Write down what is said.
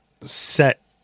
set